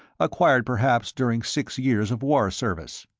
acquired perhaps during six years of war service.